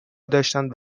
داشتند